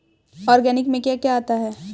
Organic में क्या क्या आता है?